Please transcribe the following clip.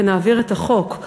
שנעביר את החוק.